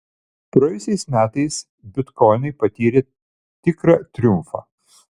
praėjusiais metais bitkoinai patyrė tikrą triumfą